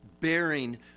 bearing